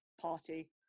party